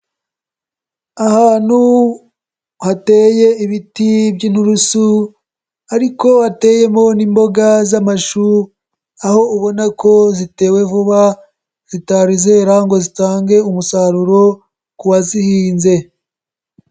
Ahantu hateye ibiti by'inturusu ariko hateyemo n'imboga z'amashu, aho ubona ko zitewe vuba zitari zera ngo zitange umusaruro ku wazihinze.